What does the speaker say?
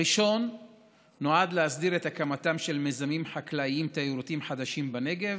הראשון נועד להסדיר את הקמתם של מיזמים חקלאיים תיירותיים חדשים בנגב